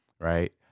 right